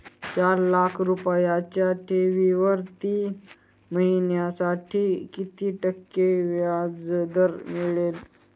चार लाख रुपयांच्या ठेवीवर तीन महिन्यांसाठी किती टक्के व्याजदर मिळेल?